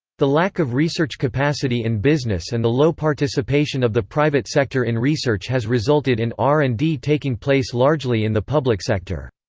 the lack of research capacity in business and the low participation of the private sector in research has resulted in r and d taking place largely in the public sector.